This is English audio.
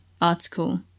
article